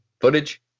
footage